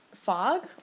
FOG